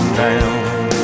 down